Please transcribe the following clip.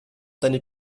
deine